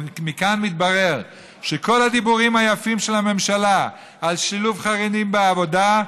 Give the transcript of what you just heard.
מכאן מתברר שכל הדיבורים היפים של הממשלה על שילוב חרדים בעבודה,